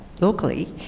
locally